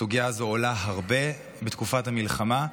הסוגיה הזו עולה הרבה בתקופת המלחמה.